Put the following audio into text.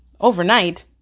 Overnight